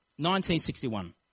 1961